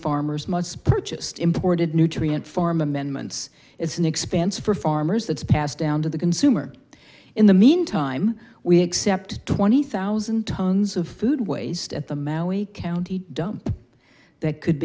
farmers months purchased imported nutrient farm amendments is an expense for farmers that's passed down to the consumer in the meantime we accept twenty thousand tons of food waste at the maui county dump that could